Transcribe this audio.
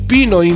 Pino